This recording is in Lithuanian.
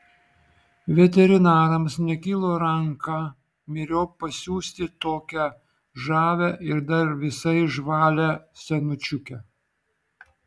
veterinarams nekilo ranką myriop pasiųsti tokią žavią ir dar visai žvalią senučiukę